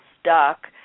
stuck